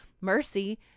Mercy